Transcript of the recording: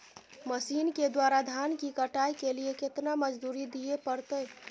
Machine के द्वारा धान की कटाइ के लिये केतना मजदूरी दिये परतय?